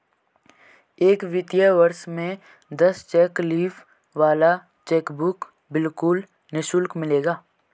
एक वित्तीय वर्ष में दस चेक लीफ वाला चेकबुक बिल्कुल निशुल्क मिलेगा